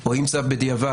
או עם צו בדיעבד,